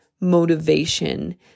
motivation